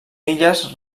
illes